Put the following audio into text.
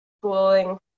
schooling